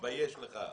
תתבייש לך.